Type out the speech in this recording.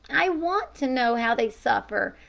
i want to know how they suffer.